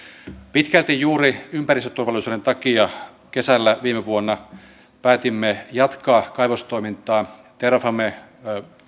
pitkälti juuri ympäristöturvallisuuden takia viime vuonna kesällä päätimme jatkaa kaivostoimintaa terrafame